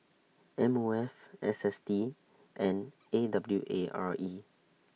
M O F S S T and A W A R E